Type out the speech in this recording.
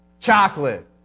chocolate